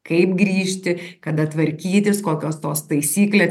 kaip grįžti kada tvarkytis kokios tos taisyklės